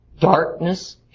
darkness